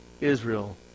Israel